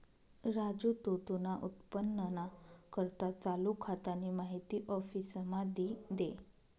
राजू तू तुना उत्पन्नना करता चालू खातानी माहिती आफिसमा दी दे